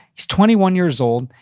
he's twenty one years old.